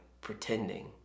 pretending